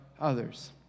others